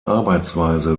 arbeitsweise